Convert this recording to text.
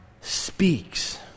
speaks